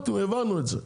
הבנו את זה.